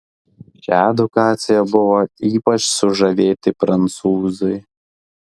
šia edukacija buvo ypač sužavėti prancūzai